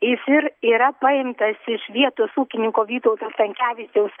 jis ir yra paimtas iš vietos ūkininko vytauto stankevičiaus